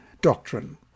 Doctrine